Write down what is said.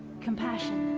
compassion.